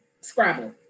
Scrabble